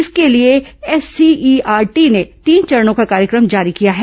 इसके लिए एससीईआरटी ने तीन चरणों का कार्यक्रम जारी किया है